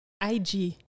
IG